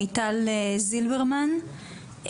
מיטל זילברמן,